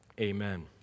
Amen